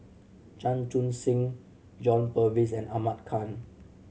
Chan Chun Sing John Purvis and Ahmad Khan